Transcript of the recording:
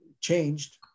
changed